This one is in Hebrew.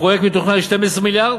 הפרויקט מתוכנן ל-12 מיליארד,